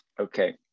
Okay